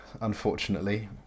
Unfortunately